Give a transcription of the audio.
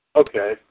Okay